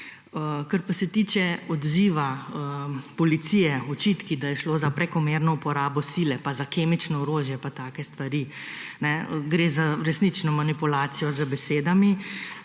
Kar pa se tiče odziva policije, očitki, da je šlo za prekomerno uporabo sile, pa za kemično orožje pa take stvari. Gre za resnično manipulacijo z besedami.